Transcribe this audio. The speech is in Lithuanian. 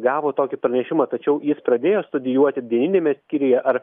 gavo tokį pranešimą tačiau jis pradėjo studijuoti dieniniame skyriuje ar